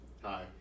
Hi